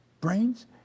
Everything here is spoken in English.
brains